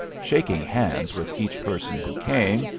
shaking hands with each person who came,